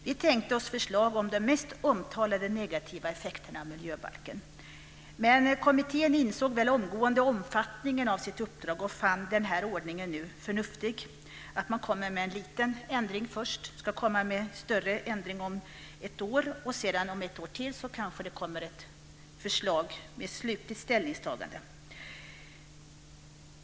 Vi tänkte oss förslag om de mest omtalade negativa effekterna av miljöbalken. Men kommittén insåg väl omgående omfattningen av sitt uppdrag och fann den här ordningen förnuftig, att man först kommer med en liten ändring och att man ska komma med en större ändring om ett år. Och om ytterligare ett år kanske det kommer ett förslag med ett slutligt ställningstagande.